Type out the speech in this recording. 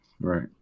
Right